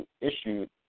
issued